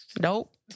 Nope